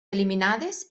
eliminades